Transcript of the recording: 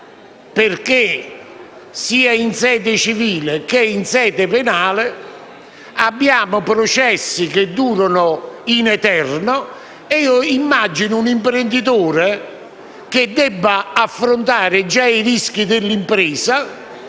perché, sia in sede civile, sia in sede penale, abbiamo processi che durano in eterno. Io immagino un imprenditore, che dovendo già affrontare i rischi dell'impresa,